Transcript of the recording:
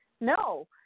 No